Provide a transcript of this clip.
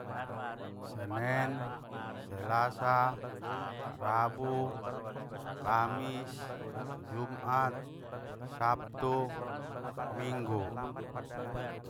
Senen, selasa, rabu, kamis, jumat, sabtu, minggu.